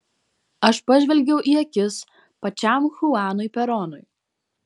aš pažvelgiau į akis pačiam chuanui peronui